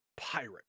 pirate